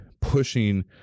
pushing